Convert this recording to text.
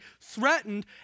threatened